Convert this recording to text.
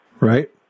Right